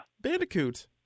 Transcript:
bandicoot